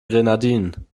grenadinen